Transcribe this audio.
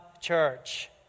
church